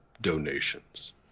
donations